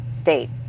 state